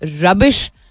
rubbish